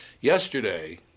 yesterday